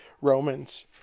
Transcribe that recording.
romans